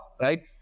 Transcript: right